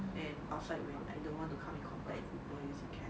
and outside when I don't want to come in contact with people using cash